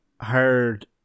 hired